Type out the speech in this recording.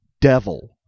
devil